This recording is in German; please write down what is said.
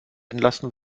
entlasten